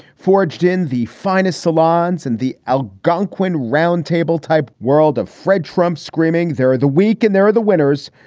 forged in the finest salons in and the algonquin round table type world of fred trump screaming. there are the weak and there are the winners.